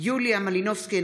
יוליה מלינובסקי,